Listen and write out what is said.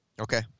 Okay